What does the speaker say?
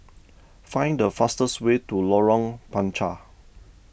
find the fastest way to Lorong Panchar